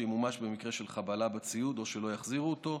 שימומש במקרה של חבלה בציוד או אם לא יחזירו אותו,